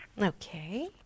Okay